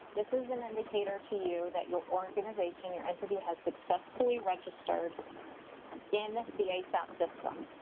this is an indicator to you, that your organization, your entity has successfully registered in the asap system.